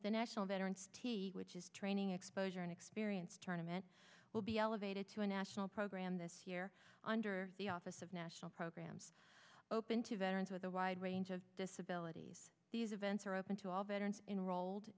the national veterans t which is training exposure and experience tournament will be elevated to a national program this year under the office of national programs open to veterans with a wide range of disabilities these events are open to all veterans in rolled